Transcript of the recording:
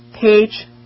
page